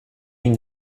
une